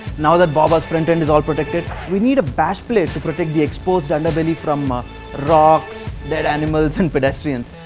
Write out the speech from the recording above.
now that bobba's front end is all protected. we need a bash plate to protect the exposed underbelly from rocks dead animals and pedestrians!